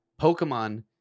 Pokemon